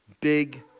big